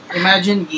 imagine